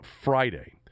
Friday